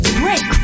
break